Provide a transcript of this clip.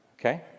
Okay